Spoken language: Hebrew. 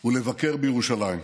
הוא לבקר בירושלים.